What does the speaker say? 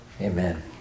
Amen